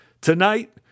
Tonight